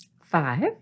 five